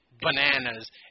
bananas